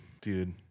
dude